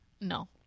No